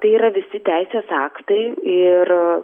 tai yra visi teisės aktai ir